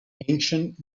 ancient